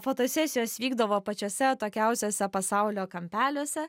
fotosesijos vykdavo pačiuose atokiausiuose pasaulio kampeliuose